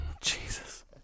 Jesus